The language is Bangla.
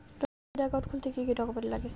নতুন একাউন্ট খুলতে কি কি ডকুমেন্ট লাগে?